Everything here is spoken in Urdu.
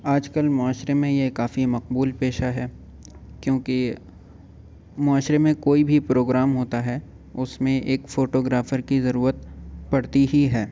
آج کل معاشرے میں یہ کافی مقبول پیشہ ہے کیونکہ معاشرے میں کوئی بھی پروگرام ہوتا ہے اس میں ایک فوٹوگرافر کی ضرورت پڑتی ہی ہے